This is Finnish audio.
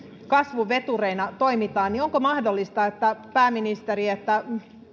kasvuvetureina toimitaan niin onko mahdollista pääministeri että